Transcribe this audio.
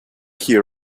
here